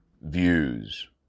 Views